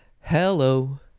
Hello